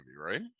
right